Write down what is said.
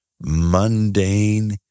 mundane